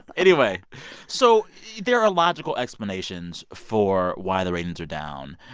anyway so there are logical explanations for why the ratings are down.